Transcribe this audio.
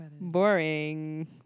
boring